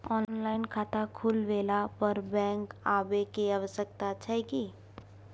Online खाता खुलवैला पर बैंक आबै के आवश्यकता छै की?